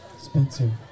Spencer